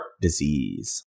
disease